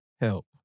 Help